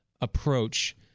approach